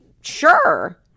Sure